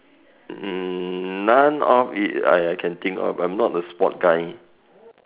mm none of it I can think of I'm not a sport guy